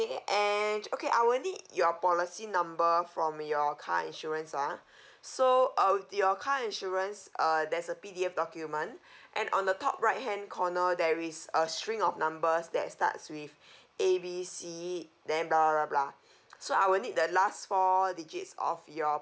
and okay I will need your policy number from your car insurance ah so uh your car insurance uh there's a P_D_F document and on the top right hand corner there is a string of numbers that starts with A B C then blah blah blah blah so I will need the last four digits of your